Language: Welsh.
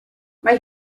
mae